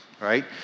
right